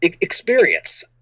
experience